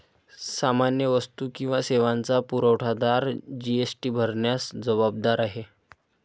सामान्य वस्तू किंवा सेवांचा पुरवठादार जी.एस.टी भरण्यास जबाबदार आहे